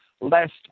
lest